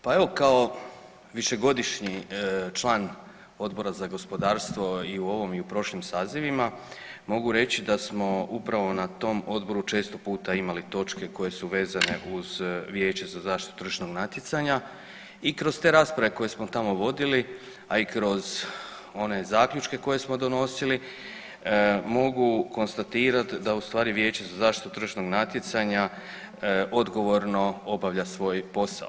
Pa evo kao višegodišnji član Odbora za gospodarstvo i u ovom i u prošlim sazivima mogu reći da smo upravo na tom odboru često puta imali točke koje su vezene uz Vijeće za zaštitu tržišnog natjecanja i kroz te rasprave koje smo tamo vodili, a i kroz one zaključke koje smo donosili mogu konstatirati da ustvari Vijeće za zaštitu tržišnog natjecanja odgovorno obavlja svoj posao.